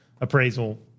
appraisal